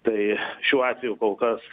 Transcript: tai šiuo atveju kol kas